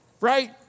right